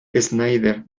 schneider